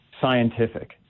scientific